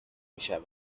میشود